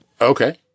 Okay